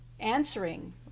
Answering